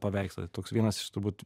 paveikslą toks vienas iš turbūt